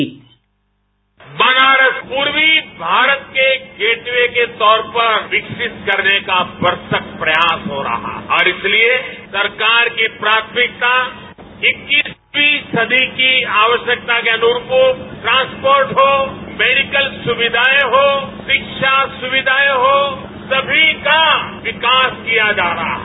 bite PM Modi Banaras पूर्वी भारत के gateway के तौर पर विकसित करने का भरसक प्रयास हो रहा है और इसलिए सरकार की प्राथमिकता इक्कीसवीं सदी की आवश्यकता के अनुरूप हो ट्रांसपोर्ट हो मेडिकल सुविधाएं हो शिक्षा सुविधाएं हो सभी का विकास किया जा रहा है